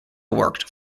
worked